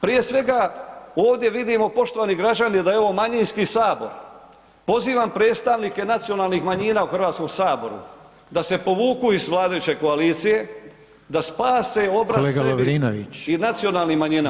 Prije svega ovdje vidimo poštovani građani da je ovo manjinski sabor, pozivam predstavnike nacionalnih manjina u Hrvatskom saboru da se povuku iz vladajuće koalicije, da spase obraz sebi [[Upadica: Kolega Lovrinović…]] i nacionalnim manjinama.